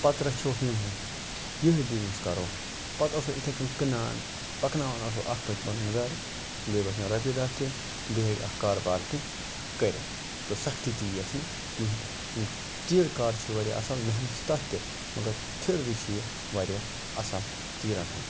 پَتہٕ رَچھہٕ ہوکھ یِمے یہے بِزنِس کرو پَتہٕ آسو یِتھے کنۍ کٕنان پَکناوان آسو اکھ پَتہٕ پَنُن گَرٕ بیٚیہِ بَچَن رۄپیہِ داہہ تہِ بیٚیہِ ہیٚکہِ اکھ کاربار تہِ کٔرِتھ تہٕ سَختی تہِ یِیَس نہٕ کِہیٖنۍ تیٖرِ کار چھُ واریاہ اصل محنت چھِ تتھ تہِ مگر پھِر بھی چھ یہِ واریاہ اصل تیٖرَن ہُنٛد